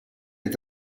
est